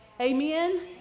Amen